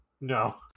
No